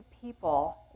people